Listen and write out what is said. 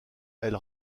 elle